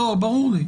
לא, ברור לי.